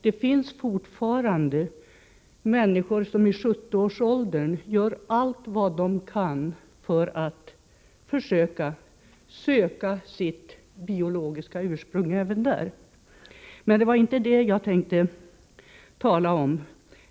Det finns fortfarande människor som i 70-årsåldern gör allt vad de kan för att söka sitt biologiska ursprung. Men det var inte det jag tänkte tala om.